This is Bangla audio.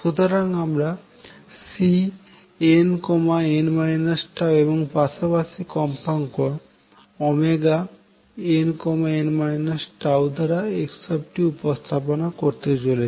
সুতরাং আমরা Cnn τএবং পাশাপাশি কম্পাঙ্ক nn τ দ্বারা x উপস্থাপনা করতে চলেছি